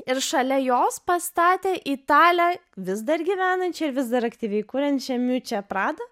ir šalia jos pastatė italę vis dar gyvenančią ir vis dar aktyviai kuriančia miučia prada